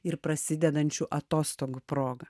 ir prasidedančių atostogų proga